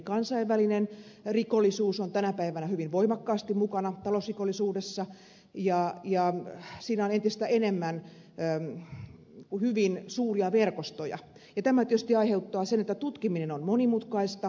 kansainvälinen rikollisuus on tänä päivänä hyvin voimakkaasti mukana talousrikollisuudessa ja siinä on entistä enemmän hyvin suuria verkostoja ja tämä tietysti aiheuttaa sen että tutkiminen on monimutkaista